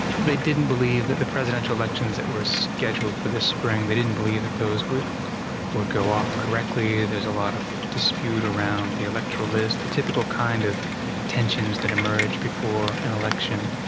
they didn't believe that the presidential elections that were scheduled for this spring, they didn't believe that those would would go off correctly there's a lot of dispute around the electoral list, the typical kind of tensions that emerge before an election.